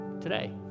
today